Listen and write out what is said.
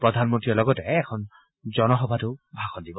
প্ৰধানমন্ত্ৰীয়ে লগতে এখন জন সভাতো ভাষণ দিব